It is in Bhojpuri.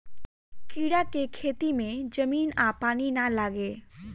कीड़ा के खेती में जमीन आ पानी ना लागे